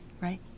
right